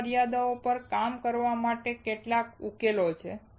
આ મર્યાદાઓ પર કામ કરવા માટેના કેટલાક ઉકેલો છે